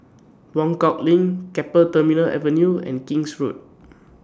Buangkok LINK Keppel Terminal Avenue and King's Road